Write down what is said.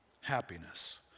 happiness